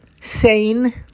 sane